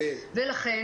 ולכן,